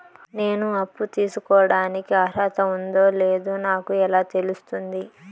నేను అప్పు తీసుకోడానికి అర్హత ఉందో లేదో నాకు ఎలా తెలుస్తుంది?